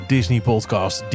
Disney-podcast